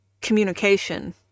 communication